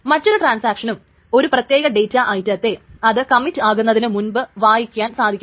മറ്റൊരു ട്രാൻസാക്ഷനും ഒരു പ്രത്യേക ഡേറ്റ ഐറ്റത്തെ അത് കമ്മിറ്റ് ആകുന്നതിനു മുന്നെ വായിക്കാൻ സാധിക്കില്ല